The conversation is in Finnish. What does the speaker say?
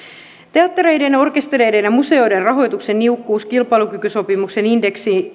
teattereiden ja orkestereiden ja museoiden rahoituksen niukkuus kilpailukykysopimuksen indeksien